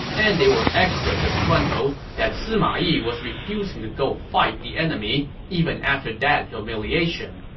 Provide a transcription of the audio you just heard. and they were extra disgruntled that sima yi was refusing to go fight the enemy even after that humiliation.